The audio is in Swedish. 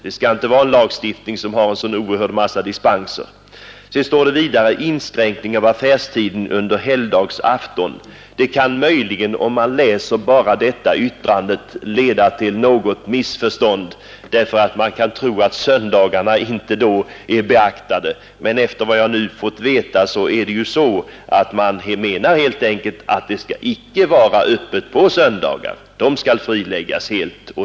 Det skall inte vara en lagstiftning som har en massa dispenser. I yrkandet talas vidare om ”inskränkning av affärstiden under helgdagsafton”. Det kan möjligen, om man läser bara detta yttrande, leda till något missförstånd, därför att man kan tro att söndagarna inte är beaktade. Men efter vad jag nu fått veta är det ju så, att man helt enkelt menar att det icke skall vara öppet på söndagarna, utan de skall friläggas helt.